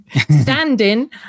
standing